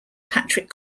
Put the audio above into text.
patrick